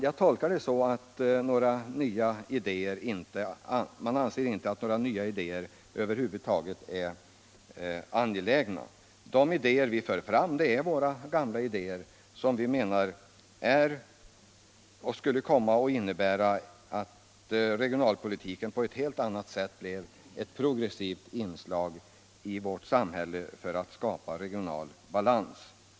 Jag tolkar det så att man inte anser att några nya idéer är angelägna. Vi menar att våra gamla idéer innebär att regionalpolitiken på ett helt annat sätt än nu kunde bli ett progressivt inslag för att skapa regional balans i vårt samhälle.